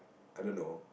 I don't know